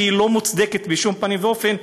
שהיא לא מוצדקת בשום פנים ואופן,